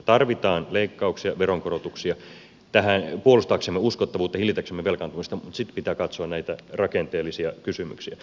tarvitaan leikkauksia veronkorotuksia puolustaaksemme uskottavuutta hillitäksemme velkaantumista mutta sitten pitää katsoa näitä rakenteellisia kysymyksiä